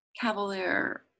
cavalier